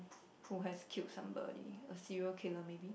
who has killed somebody a serial killer maybe